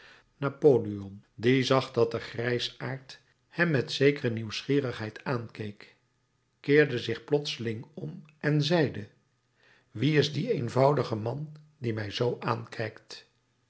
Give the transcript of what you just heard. napoleon die zag dat de grijsaard hem met zekere nieuwsgierigheid aankeek keerde zich plotseling om en zeide wie is die eenvoudige man die mij zoo aankijkt